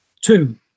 Two